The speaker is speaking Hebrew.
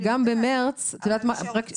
אני יודעת --- רגע,